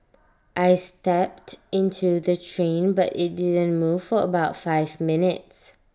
I stepped into the train but IT didn't move for about five minutes